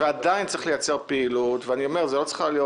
ועדיין צריך לייצר פעילות לא צריכות להיות